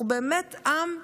אנחנו באמת עם,